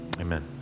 amen